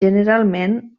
generalment